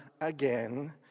again